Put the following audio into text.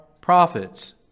prophets